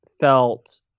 felt